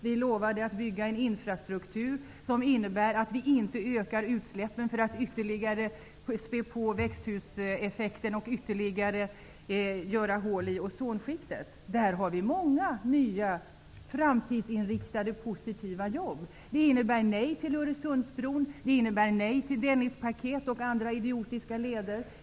Vi lovade att bygga upp en infrastruktur som gör att vi inte ökar utsläppen som ytterligare spär på växthuseffekten och gör ytterligare hål i ozonskiktet. Där har vi många nya, framtidsinriktade och positiva jobb. Det innebär nej till Öresundsbron och till Dennispaket och andra idiotiska leder.